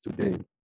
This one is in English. today